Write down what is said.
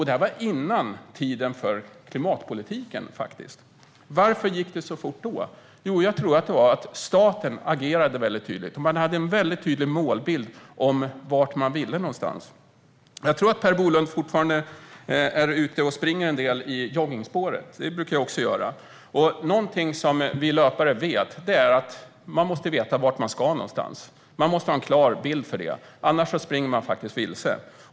Detta var ändå före klimatpolitikens tid. Varför gick det så fort då? Jo, jag tror att det var för att staten agerade väldigt tydligt. Man hade en väldigt tydlig målbild av vart man ville någonstans. Jag tror att Per Bolund fortfarande är ute och springer en del i joggingspåret. Det brukar jag också göra, och något vi löpare vet är att man måste veta vart man ska. Man måste ha en klar bild av det; annars springer man vilse.